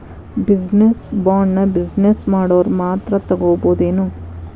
Business ಬಾಂಡ್ನ business ಮಾಡೊವ್ರ ಮಾತ್ರಾ ತಗೊಬೊದೇನು?